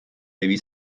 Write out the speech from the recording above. devi